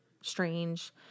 strange